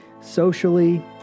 socially